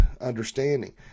understanding